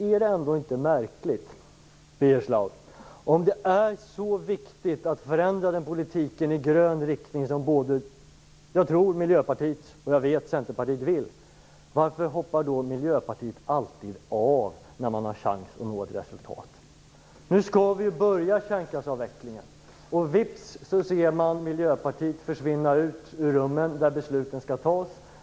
Är det ändå inte märkligt, Birger Schlaug - om det nu är så viktigt att förändra den politik i grön riktning som jag tror att Miljöpartiet och som jag vet att Centerpartiet önskar - att Miljöpartiet alltid hoppar av när man har chansen att nå resultat? Nu skall vi ju påbörja kärnkraftsavvecklingen. Men vips ser man Miljöpartiet försvinna ut ur de rum där besluten skall tas.